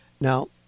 Now